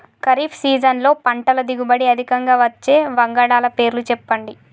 ఖరీఫ్ సీజన్లో పంటల దిగుబడి అధికంగా వచ్చే వంగడాల పేర్లు చెప్పండి?